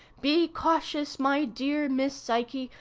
be cautious, my dear miss psyche,